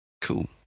Cool